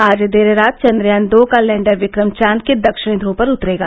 आज देर रात चन्द्रयान दो का लैंडर विक्रम चांद के दक्षिणी ध्रव पर उतरेगा